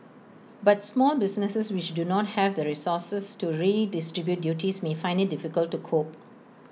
but small businesses which do not have the resources to redistribute duties may find IT difficult to cope